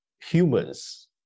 humans